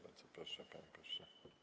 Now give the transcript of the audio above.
Bardzo proszę, panie pośle.